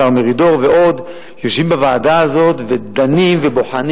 השר מרידור ועוד יושבים בוועדה הזאת ודנים ובוחנים